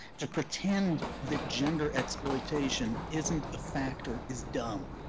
to pretend that gender exploitation isn't a factor is dumb.